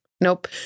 Nope